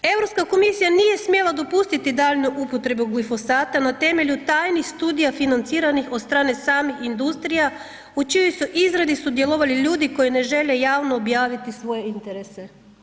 Europska komisija nije smjela dopustiti daljnju upotrebu glifosata na temelju tajnih studija financiranih od strane samih industrija u čijoj su izradi sudjelovali ljudi koji ne žele javno objaviti svoje interese.